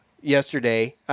yesterday